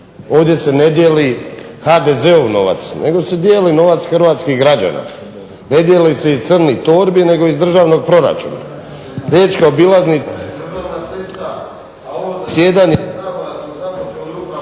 ovdje se ne dijeli HDZ-ov novac nego se dijeli hrvatskih građana. Ne dijeli se iz crnih torbi nego iz državnog proračuna.